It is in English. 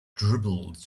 dribbled